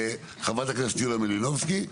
חברת הכנסת יוליה מלינובסקי.